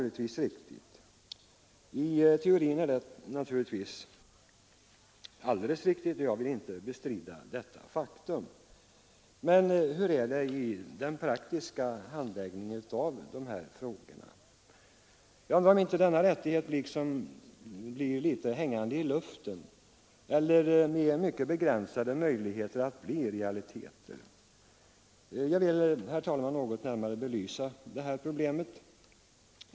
I teorin är detta naturligtvis riktigt, och jag vill inte bestrida detta faktum. Men hur är det i praktiken? Denna rättighet blir liksom hängande i luften med mycket begränsad möjlighet att bli en realitet. Jag vill, herr talman, något närmare belysa detta problem.